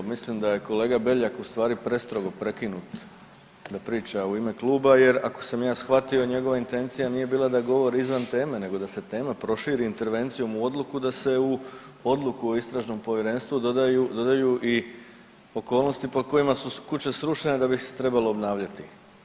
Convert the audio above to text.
Mislim da je kolega Beljak ustvari prestrogo prekinut da priča u ime kluba jer ako sam ja shvatio njegova intencija nije bila da govori izvan tema, nego da se tema proširi intervencijom u odluku da se u odluku o Istražnom povjerenstvu dodaju i okolnosti pod kojima su kuće srušene da bi ih se trebalo obnavljati.